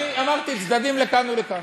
אמרתי: צדדים לכאן ולכאן.